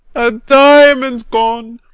a diamond gone,